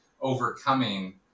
overcoming